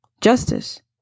Justice